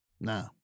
No